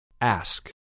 Ask